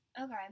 Okay